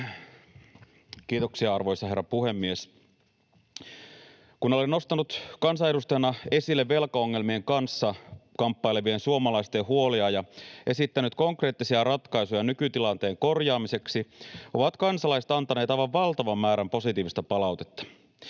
Kiitoksia, arvoisa herra puhemies! Kun olen nostanut kansanedustajana esille velkaongelmien kanssa kamppailevien suomalaisten huolia ja esittänyt konkreettisia ratkaisuja nykytilanteen korjaamiseksi, ovat kansalaiset antaneet aivan valtavan määrän positiivista palautetta.